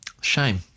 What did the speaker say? Shame